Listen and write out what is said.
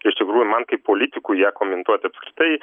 iš tikrųjų man kaip politikui ją komentuot apskritai